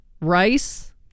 Rice